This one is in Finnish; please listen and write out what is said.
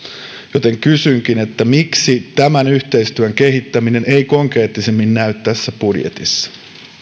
joten kysynkin miksi tämän yhteistyön kehittäminen ei konkreettisemmin näy tässä budjetissa